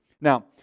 Now